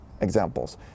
examples